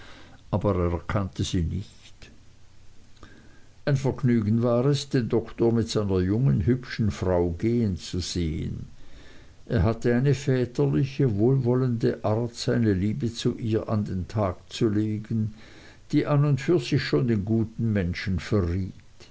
aber er erkannte sie nicht ein vergnügen war es den doktor mit seiner jungen hübschen frau gehen zu sehen er hatte eine väterliche wohlwollende art seine liebe zu ihr an den tag zu legen die an und für sich schon den guten menschen verriet